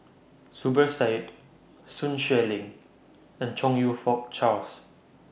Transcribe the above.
Zubir Said Sun Xueling and Chong YOU Fook Charles